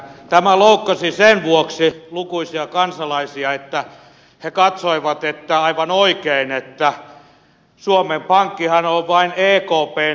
tämä loukkasi sen vuoksi lukuisia kansalaisia että he katsoivat aivan oikein että suomen pankkihan on vain ekpn sivukonttori